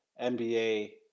NBA